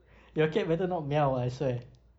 your cat better not meow I swear